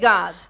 God